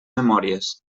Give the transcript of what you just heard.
memòries